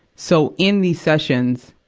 so, in these sessions,